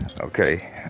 Okay